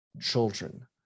children